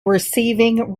receiving